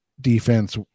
defense